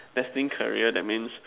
destined career that means